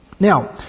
Now